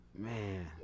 man